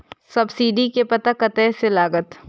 Subsidy के पता कतय से लागत?